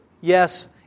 Yes